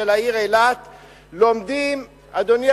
לומדים 700